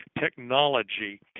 technology